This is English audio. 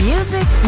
Music